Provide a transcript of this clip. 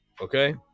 Okay